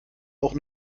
auch